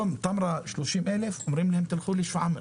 בטמרה יש 30,000 תושבים ואומרים להם ללכת לשפרעם.